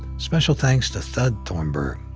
special thanks to thud thornburg,